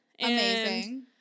Amazing